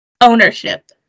ownership